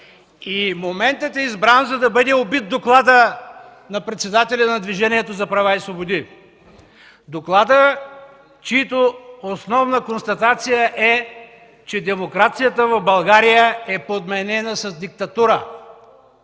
Моментът е избран, за да бъде убит докладът на председателя на Движението за права и свободи. Докладът, чиято основна констатация е, че демокрацията в България е подменена с диктатура;